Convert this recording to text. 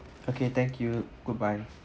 okay thank you goodbye